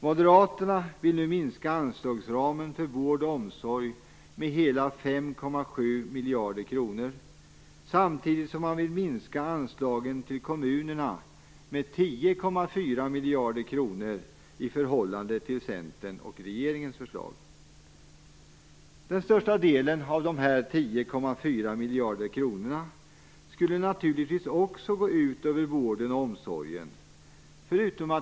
Moderaterna vill nu minska anslagsramen för vård och omsorg med hela 5,7 miljarder kronor samtidigt som man vill minska anslagen till kommunerna med 10,4 miljarder kronor i förhållande till Centerns och regeringens förslag. Den största delen av denna minskning med 10,4 miljarder kronor skulle naturligtvis också gå ut över vården och omsorgen.